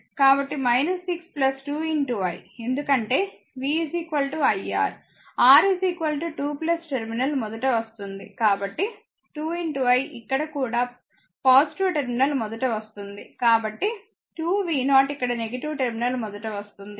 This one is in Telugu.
కాబట్టి 6 2 i ఎందుకంటే v iR R 2 టెర్మినల్ మొదట వస్తుంది కాబట్టి 2 i ఇక్కడ కూడా టెర్మినల్ మొదట వస్తుంది కాబట్టి 2 v0 ఇక్కడ టెర్మినల్ మొదట వస్తుంది